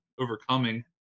overcoming